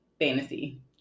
fantasy